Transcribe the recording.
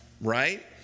right